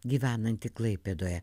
gyvenanti klaipėdoje